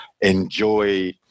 enjoy